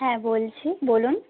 হ্যাঁ বলছি বলুন